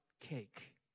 cake